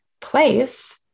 place